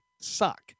suck